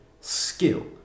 skill